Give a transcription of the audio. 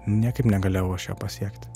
niekaip negalėjau aš jo pasiekti